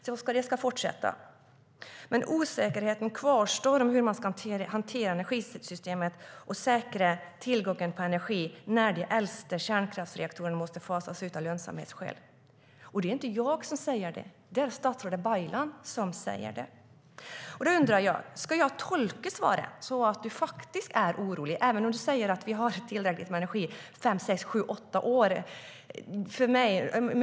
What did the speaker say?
Så ska det fortsätta. Osäkerheten kvarstår dock om hur man ska hantera energisystemet och säkra tillgången på energi när de äldsta kärnkraftsreaktorerna måste fasas ut av lönsamhetsskäl. Det är inte jag som säger det. Det är statsrådet Baylan som säger det. Ska jag tolka svaret så att statsrådet faktiskt är orolig, även om han säger att vi har tillräckligt med energi för fem, sex, sju, åtta år?